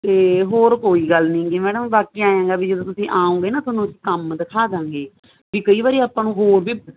ਤੇ ਹੋਰ ਕੋਈ ਗੱਲ ਨਹੀਂ ਜੇ ਮੈਡਮ ਬਾਕੀ ਐ ਵੀ ਜਦੋਂ ਤੁਸੀਂ ਆਓਗੇ ਨਾ ਤੁਹਾਨੂੰ ਕੰਮ ਦਿਖਾ ਦਾਂਗੇ ਵੀ ਕਈ ਵਾਰੀ ਆਪਾਂ ਨੂੰ ਹਾਂਜੀ